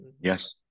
Yes